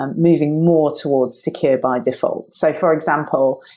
um moving more towards secure by default. so for example,